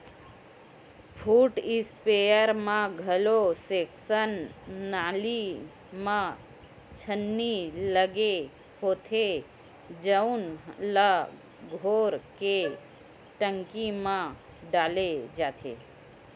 foot sprayer म घलो suction नली म छन्नी लगे होथे जउन ल घोर के टंकी म डाले जाथे